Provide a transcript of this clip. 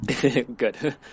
Good